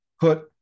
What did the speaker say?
put